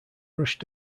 rushed